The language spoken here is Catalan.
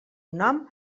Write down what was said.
nom